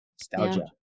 Nostalgia